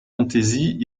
fantaisies